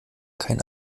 kein